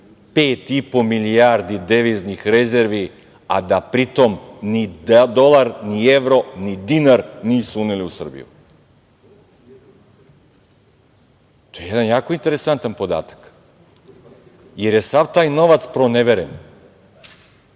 po milijardi deviznih rezervi, a da pritom ni dolar, ni evro, ni dinar nisu uneli u Srbiju. To je jedan jako interesantan podatak, jer je sav taj novac proneveren.Zašto